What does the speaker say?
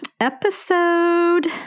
episode